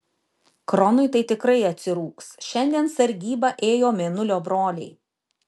kronui tai tikrai atsirūgs šiandien sargybą ėjo mėnulio broliai